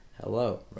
hello